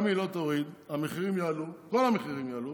גם היא לא תוריד, המחירים יעלו, כל המחירים יעלו,